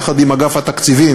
יחד עם אגף התקציבים,